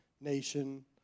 nation